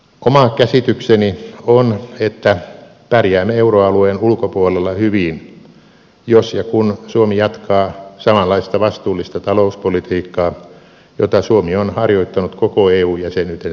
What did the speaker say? oma käsitykseni on että pärjäämme euroalueen ulkopuolella hyvin jos ja kun suomi jatkaa samanlaista vastuullista talouspolitiikkaa jota suomi on harjoittanut koko eu jäsenyytensä ajan